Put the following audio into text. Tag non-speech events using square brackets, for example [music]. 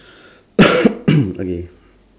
[breath] [coughs] okay